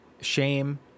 shame